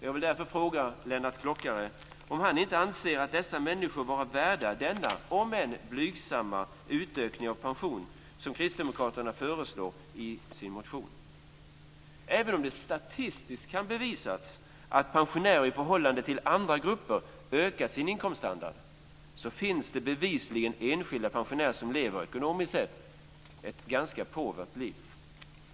Jag vill fråga Lennart Klockare om han inte anser dessa människor vara värda den - om än blygsamma - utökning av pensionen som kristdemokraterna föreslår i sin motion. Även om det statistiskt kan bevisas att pensionärerna i förhållande till andra grupper höjt sin inkomststandard, finns det bevisligen enskilda pensionärer som ekonomiskt sett lever ett ganska påvert liv.